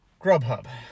Grubhub